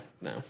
no